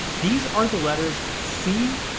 these are the letters c,